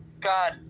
God